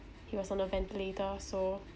he was on the ventilator so